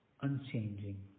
unchanging